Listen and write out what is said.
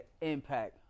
impact